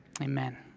Amen